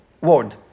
word